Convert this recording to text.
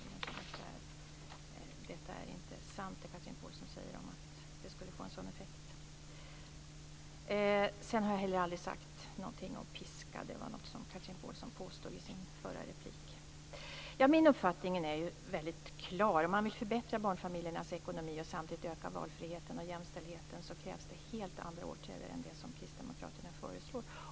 Det är inte sant, som Chatrine Pålsson säger, att det skulle ha fått en sådan effekt. Sedan har jag aldrig sagt någonting om piska, vilket var något som Chatrine Pålsson påstod i sitt förra inlägg. Min uppfattning är väldigt klar: Om man vill förbättra barnfamiljernas ekonomi och samtidigt öka valfriheten och jämställdheten, krävs det helt andra åtgärder än de som kristdemokraterna föreslår.